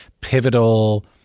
pivotal